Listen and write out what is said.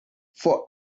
for